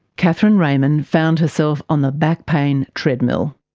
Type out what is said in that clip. cathryn ramin found herself on the back pain treadmill.